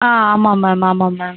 ஆ ஆமாம் மேம் ஆமாம் மேம்